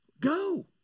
Go